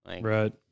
Right